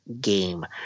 game